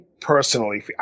personally